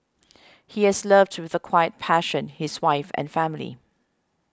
he has loved with a quiet passion his wife and family